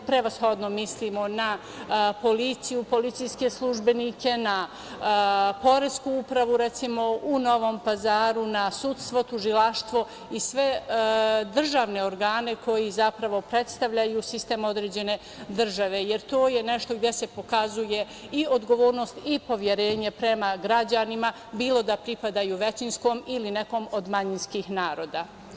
Prevashodno mislimo na policiju, policijske službenike, na poresku upravu, recimo, u Novom Pazaru, na sudstvo, tužilaštvo i sve državne organe koji zapravo predstavljaju sistem određene države, jer to je nešto gde se pokazuje i odgovornost i poverenje prema građanima, bilo da pripadaju većinskom ili nekom od manjinskih naroda.